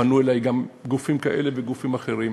פנו אלי גם גופים כאלה וגופים אחרים.